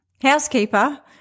housekeeper